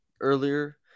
earlier